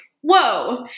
Whoa